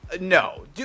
No